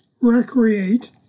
recreate